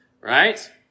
right